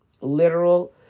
Literal